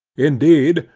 indeed,